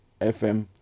FM